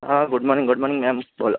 હા good morning good morning ma'am બોલો